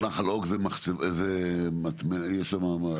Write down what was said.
נחל אוג יש שם אתר הטמנה?